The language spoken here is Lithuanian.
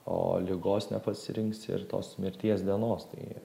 o ligos nepasirinksi ir tos mirties dienos tai